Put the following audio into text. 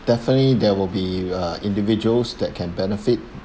definitely there will be uh individuals that can benefit